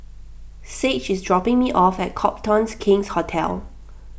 Sage is dropping me off at Copthorne King's Hotel